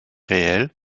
réelle